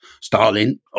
Stalin